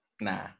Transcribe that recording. Nah